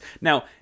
Now